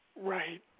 Right